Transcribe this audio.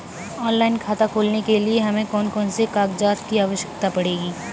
Online खाता खोलने के लिए हमें कौन कौन से कागजात की आवश्यकता पड़ेगी?